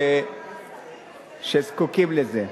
שזקוקות לזה.